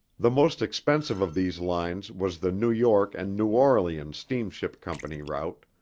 the most expensive of these lines was the new york and new orleans steamship company route,